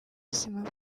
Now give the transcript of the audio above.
sima